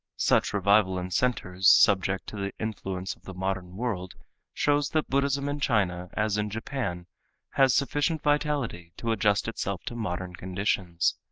such revival in centers subject to the influence of the modern world shows that buddhism in china as in japan has sufficient vitality to adjust itself to modern conditions.